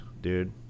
dude